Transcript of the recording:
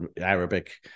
Arabic